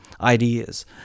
ideas